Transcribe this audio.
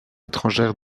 étrangères